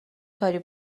کاری